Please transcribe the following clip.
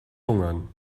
hungern